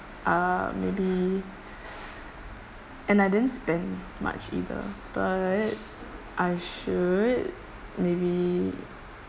uh maybe and I didn't spend much either but I should maybe